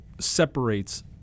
separates